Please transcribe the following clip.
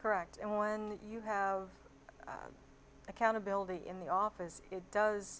correct and when you have accountability in the office it does